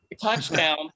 Touchdown